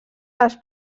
les